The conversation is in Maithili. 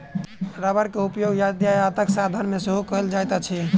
रबड़क उपयोग यातायातक साधन मे सेहो कयल जाइत अछि